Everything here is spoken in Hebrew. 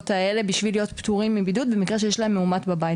האלה בשביל להיות פטורים מבידוד במקרה שיש להם מאומת בבית.